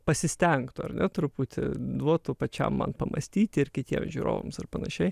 pasistengtų ar ne truputį duotų pačiam man pamąstyti ir kitiems žiūrovams ir panašiai